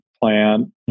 plan